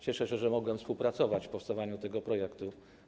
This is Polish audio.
Cieszę się, że mogłem współpracować przy powstawaniu tego projektu.